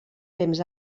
temps